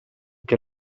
che